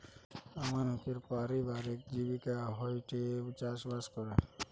আমানকের পারিবারিক জীবিকা হয়ঠে চাষবাস করা